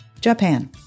Japan